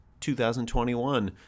2021